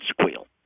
squeal